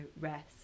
rest